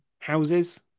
houses